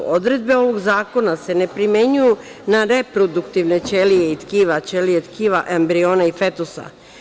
Odredbe ovog zakona se ne primenjuju na reproduktivne ćelije i tkiva, ćelije i tkiva embriona i fetusa.